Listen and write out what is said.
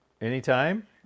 anytime